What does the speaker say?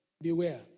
beware